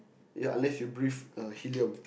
ya unless you breathe uh helium